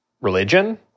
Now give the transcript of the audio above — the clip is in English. religion